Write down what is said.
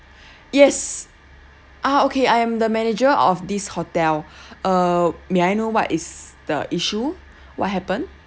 yes ah okay I am the manager of this hotel uh may I know what is the issue what happen